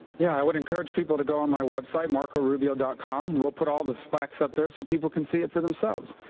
yeah, i would encourage people to go on my website, marcorubio com, and we'll put all the facts up there so people can see it for themselves.